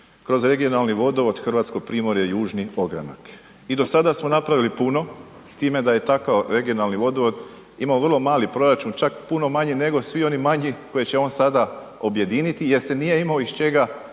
kroz regionalni vodovod Hrvatsko Primorje, južni ogranak. I do sada smo napravili puno s time da je takav regionalni vodovod imao vrlo mali proračun čak puno manji nego svi oni manji koje će on sada objediniti jer se nije imao iz čega